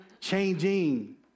changing